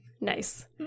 Nice